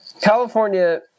California